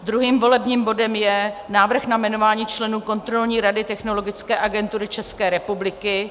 Druhým volebním bodem je návrh na jmenování členů Kontrolní rady Technologické agentury České republiky.